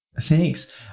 Thanks